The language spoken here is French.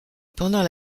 pendant